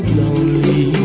lonely